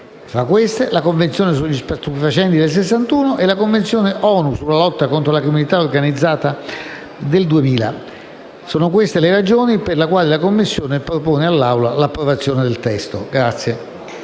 tra queste la Convenzione unica sugli stupefacenti del 1961 e Convenzione ONU sulla lotta contro la criminalità organizzata del 2000. Sono queste le ragioni per le quali la Commissione propone all'Aula l'approvazione del testo.